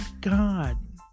God